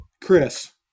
Chris